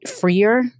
freer